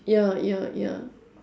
ya ya ya